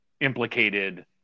implicated